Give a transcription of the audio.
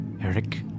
Eric